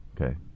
Okay